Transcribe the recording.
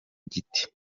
giti